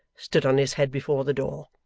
stood on his head before the door,